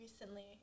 recently